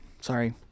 Sorry